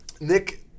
Nick